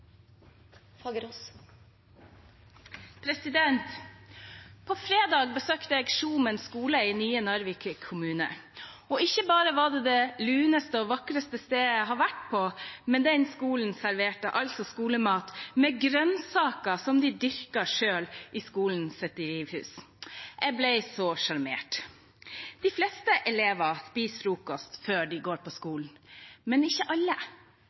På fredag besøkte jeg Sjomen skole i nye Narvik kommune. Ikke bare var det det luneste og vakreste stedet jeg har vært, men skolen serverte altså skolemat med grønnsaker som de dyrker selv i skolens drivhus. Jeg ble så sjarmert! De fleste elevene spiser frokost før de går på skolen, men ikke alle.